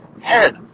Head